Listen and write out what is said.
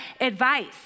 advice